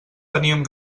teníem